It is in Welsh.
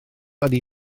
ydy